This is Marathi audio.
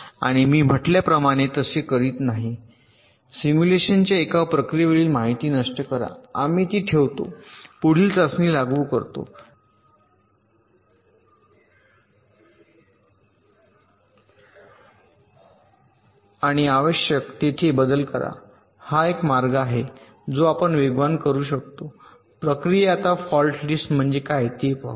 आणि मी म्हटल्याप्रमाणे तसे करत नाही सिम्युलेशनच्या एका प्रक्रियेवरील माहिती नष्ट करा आम्ही ती ठेवतो पुढील चाचणी लागू करतो वेक्टर आणि आवश्यक तेथे बदल करा हा एक मार्ग आहे जो आपण वेगवान करू शकतो प्रक्रिया आता फॉल्ट लिस्ट म्हणजे काय ते पाहू